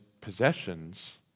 possessions